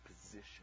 position